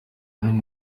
nari